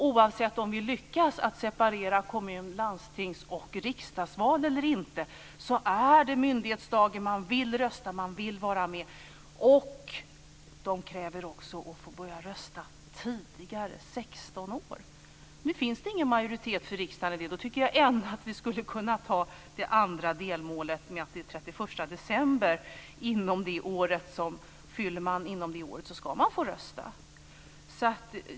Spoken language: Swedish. Oavsett om vi separerar kommun-, landstings och riksdagsval eller inte vill man vara med och rösta på myndighetsdagen. De kräver att få börja rösta tidigare, vid 16 Nu finns det ingen majoritet i riksdagen för detta. Då skulle vi kunna anta det andra delmålet med den 31 december. Fyller man år inom valåret ska man få rösta.